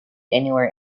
anywhere